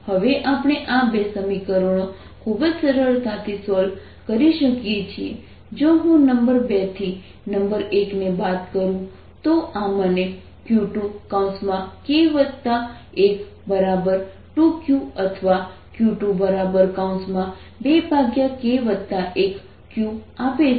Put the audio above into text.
હવે આપણે આ 2 સમીકરણો ખૂબ જ સરળતાથી સોલ્વ કરી શકીએ છીએ જો હું નંબર 2 થી નંબર 1 ને બાદ કરું તો આ મને q2k12q અથવા q22k1q આપે છે